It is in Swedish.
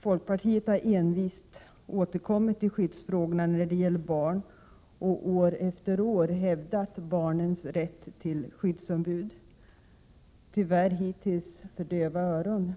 Folkpartiet har envist återkommit till skyddsfrågorna när det gäller barn och år efter år hävdat barnens rätt till skyddsombud — här i riksdagen tyvärr hittills för döva öron.